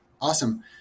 Awesome